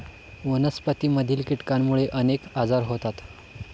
वनस्पतींमधील कीटकांमुळे अनेक आजार होतात